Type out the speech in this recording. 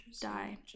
die